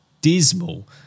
dismal